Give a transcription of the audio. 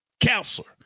counselor